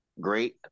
great